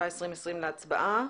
התשפ"א-2020 להצבעה.